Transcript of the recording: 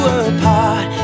apart